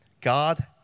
God